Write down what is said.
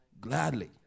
gladly